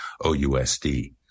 OUSD